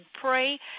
pray